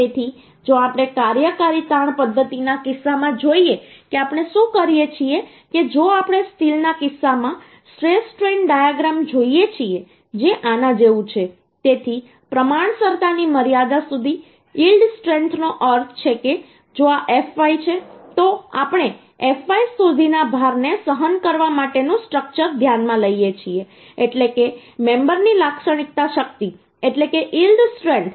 તેથી જો આપણે કાર્યકારી તાણ પદ્ધતિના કિસ્સામાં જોઈએ કે આપણે શું કરીએ છીએ કે જો આપણે સ્ટીલના કિસ્સામાં સ્ટ્રેસ સ્ટ્રેઈન ડાયાગ્રામ જોઈએ છીએ જે આના જેવું છે તેથી પ્રમાણસરતાની મર્યાદા સુધી યીલ્ડ સ્ટ્રેન્થ નો અર્થ છે કે જો આ fy છે તો આપણે fy સુધીના ભારને સહન કરવા માટેનું સ્ટ્રક્ચર ધ્યાનમાં લઈએ છીએ એટલે કે મેમબરની લાક્ષણિકતા શક્તિ એટલે કે યીલ્ડ સ્ટ્રેન્થ